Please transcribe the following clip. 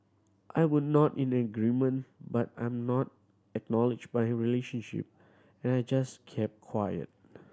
I would nod in agreement but I'm not acknowledge my relationship and I just kept quiet